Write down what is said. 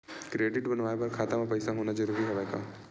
Credit बनवाय बर खाता म पईसा होना जरूरी हवय का?